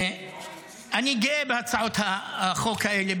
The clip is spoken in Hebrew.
אני גאה בהצעות החוק האלה,